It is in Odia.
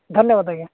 ଧନ୍ୟବାଦ ଆଜ୍ଞା